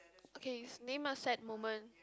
okay name a sad moment